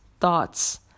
thoughts